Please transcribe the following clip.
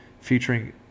Featuring